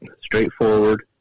straightforward